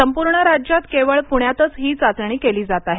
संपूर्ण राज्यात केवळ पुण्यातच ही चाचणी केली जात आहे